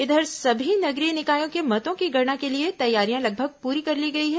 इधर सभी नगरीय निकायों के मतों की गणना के लिए तैयारियां लगभग पूरी कर ली गई हैं